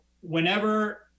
whenever